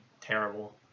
terrible